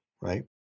right